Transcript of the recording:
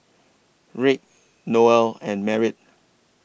Rick Noel and Merritt